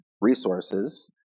resources